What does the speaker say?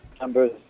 numbers